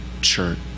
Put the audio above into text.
church